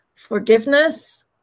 Forgiveness